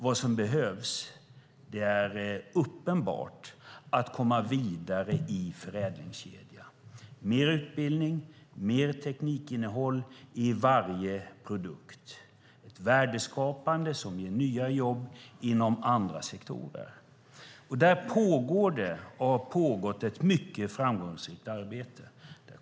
Vad som behövs är uppenbart att komma vidare i förädlingskedjan, mer utbildning, mer teknikinnehåll i varje produkt och ett värdeskapande som ger nya jobb inom andra sektorer. Där pågår det och har pågått ett mycket framgångsrikt arbete.